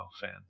fan